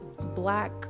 black